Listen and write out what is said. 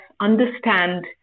understand